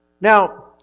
Now